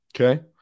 Okay